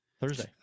Thursday